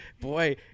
boy